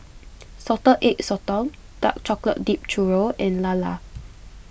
Salted Egg Sotong Dark Chocolate Dipped Churro and Lala